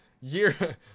year